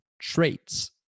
traits